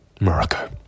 Morocco